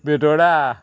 Betora